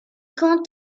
quant